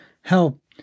help